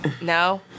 No